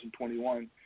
2021